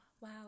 Wow